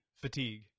Fatigue